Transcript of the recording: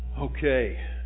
Okay